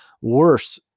worse